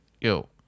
yo